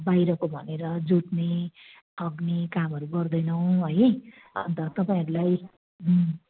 बाहिरको भनेर जोत्ने ठग्ने कामहरू गर्दैनौँ है अन्त तपाईँहरूलाई